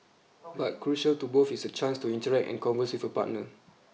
but crucial to both is a chance to interact and converse with a partner